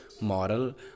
Moral